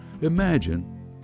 imagine